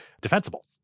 defensible